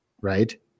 Right